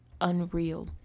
unreal